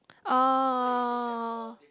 oh